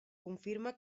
confirma